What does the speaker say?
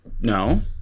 No